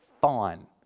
fine